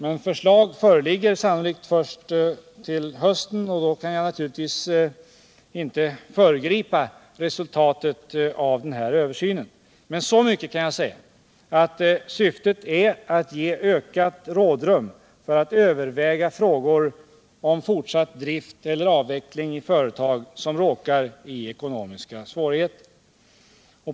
Ett förslag föreligger sannolikt först till hösten. Jag kan naturligtvis inte föregripa resultatet av den översynen, men så mycket kan jag säga som att syftet är att ge ökat rådrum för att överväga frågan om fortsatt drift vid eller avveckling av företag som råkar i ekonomiska svårigheter.